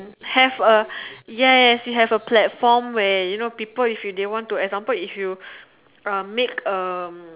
have a yes you have a platform where you know people if they want to example if you make a